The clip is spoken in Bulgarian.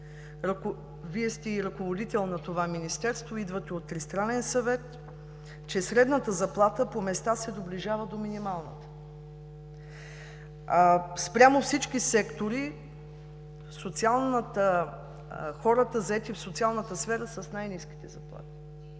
Вие сте и ръководител на това Министерство, идвате от Тристранен съвет, че средната заплата по места се доближава до минималната. Спрямо всички сектори, хората, заети в социалната сфера, са с най-ниските заплати.